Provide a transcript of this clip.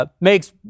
Makes